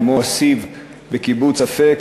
כמו "אסיב" בקיבוץ אפק,